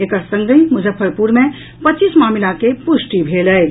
एकर संगहि मुजफ्फरपुर मे पच्चीस मामिला के पुष्टि भेल अछि